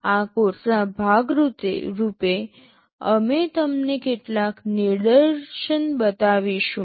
આ કોર્ષના ભાગ રૂપે અમે તમને કેટલાક નિદર્શન બતાવીશું